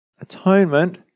atonement